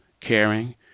caring